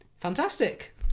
Fantastic